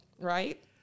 right